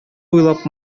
буйлап